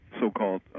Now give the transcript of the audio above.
so-called